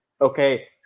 Okay